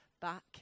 back